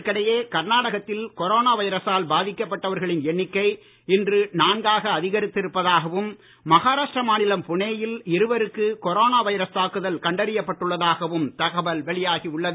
இதற்கிடையே கர்நாடகத்தில் கொரோனோ வைரசால் பாதிக்கப்பட்டவர்களின் எண்ணிக்கை இன்று நான்காக அதிகரித்து இருப்பதாகவும் மஹாராஷ்டிரா மாநிலம் புனேயில் இருவருக்கு கொரோனோ வைரஸ் தாக்குதல் கண்டறியப் பட்டுள்ளதாகவும் தகவல் வெளியாகி உள்ளது